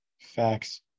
facts